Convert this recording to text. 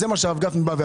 זה מה שאמר הרב גפני.